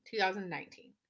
2019